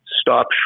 stop